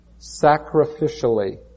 sacrificially